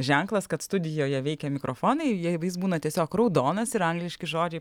ženklas kad studijoje veikia mikrofonai jei jis būna tiesiog raudonas ir angliški žodžiai